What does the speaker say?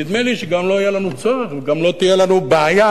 נדמה לי שגם לא יהיה לנו צורך וגם לא תהיה לנו בעיה